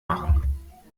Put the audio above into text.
machen